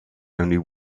only